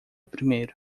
primeiro